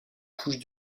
couche